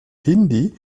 hindi